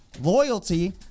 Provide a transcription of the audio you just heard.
Loyalty